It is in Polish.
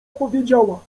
powiedziała